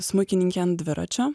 smuikininkė ant dviračio